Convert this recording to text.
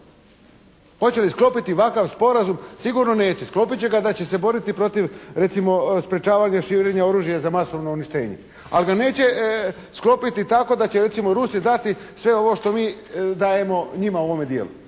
Hoće li sklopiti ovakav sporazum? Sigurno neće. Sklopit će ga da će se boriti protiv, recimo, sprječavanja širenja oružja za masovno uništenje. Ali ga neće sklopiti tako da će recimo Rusi dati sve ovo što mi dajemo njima u ovome dijelu.